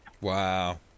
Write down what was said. Wow